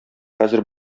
хәзер